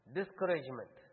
discouragement